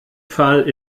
fall